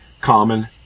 common